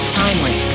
timely